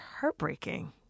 heartbreaking